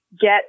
get